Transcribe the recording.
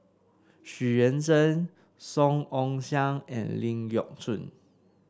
Xu Yuan Zhen Song Ong Siang and Ling Geok Choon